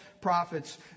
prophets